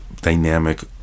dynamic